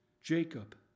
Jacob